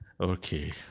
Okay